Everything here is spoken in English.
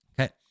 Okay